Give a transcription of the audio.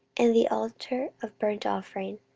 and the altar of burnt offering,